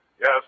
Yes